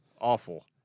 Awful